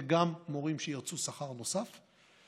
וגם מורים שירצו שכר נוסף.